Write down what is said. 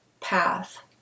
path